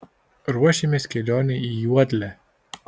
ruošiamės kelionei į juodlę